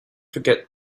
forget